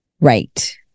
Right